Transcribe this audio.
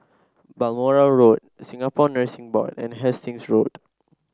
Balmoral Road Singapore Nursing Board and Hastings Road